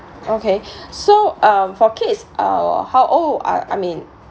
okay so um for kids uh how old ah I mean